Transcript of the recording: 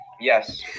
Yes